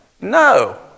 No